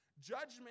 judgment